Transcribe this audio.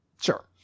sure